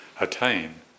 attain